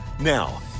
Now